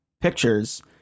pictures